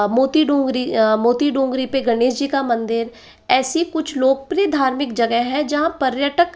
मोतीडूंगरी मोतीडूंगरी पर गणेश जी का मंदिर ऐसी कुछ लोकप्रिय धार्मिक जगह है जहाँ पर्यटक